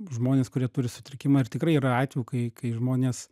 žmones kurie turi sutrikimą ir tikrai yra atvejų kai kai žmonės